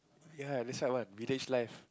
ya this one I want village life